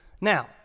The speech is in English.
now